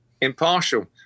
impartial